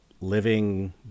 living